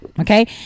okay